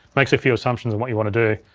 makes a few assumptions of what you wanna do.